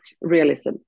realism